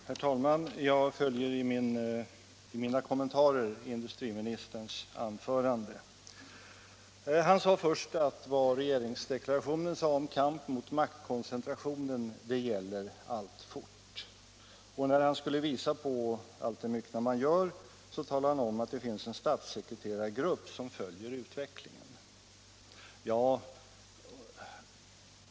Herr talman! Jag följer industriministerns anförande i mina kommentarer. Han sade först att vad som står i regeringsdeklarationen om kamp mot maktkoncentrationen gäller alltfort. När han skulle visa på allt det myckna man gör talade han om att det finns en statssekreterargrupp som följer utvecklingen.